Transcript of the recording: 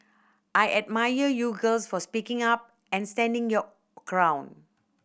I admire you girls for speaking up and standing your ground